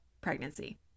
pregnancy